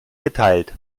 geteilt